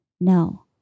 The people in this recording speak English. No